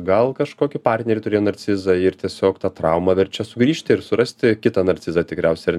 gal kažkokį partnerį turėjo narcizą ir tiesiog ta trauma verčia sugrįžti ir surasti kitą narcizą tikriausiai ar